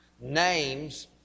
names